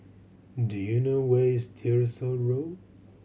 do you know where is Tyersall Road